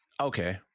Okay